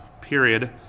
period